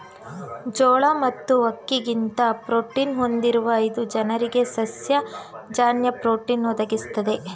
ಜೋಳ ಮತ್ತು ಅಕ್ಕಿಗಿಂತ ಪ್ರೋಟೀನ ಹೊಂದಿರುವ ಇದು ಜನರಿಗೆ ಸಸ್ಯ ಜನ್ಯ ಪ್ರೋಟೀನ್ ಒದಗಿಸ್ತದೆ